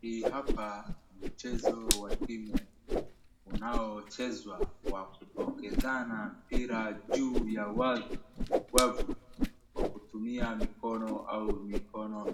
Hii hapa ni mchezo wa timu unaochezwa kwa kupokezana mpira juu ya wavu kwa kutumia mikono au mikono